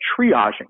triaging